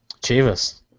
Chivas